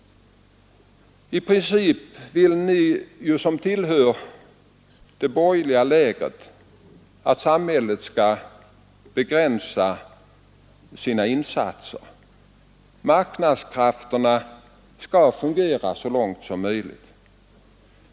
I princip vill ni som tillhör det borgerliga lägret att samhället skall begränsa sina insatser. Marknadskrafterna skall fungera så långt som möjligt.